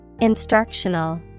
Instructional